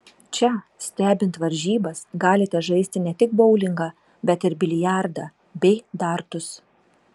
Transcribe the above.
čia stebint varžybas galite žaisti ne tik boulingą bet ir biliardą bei dartus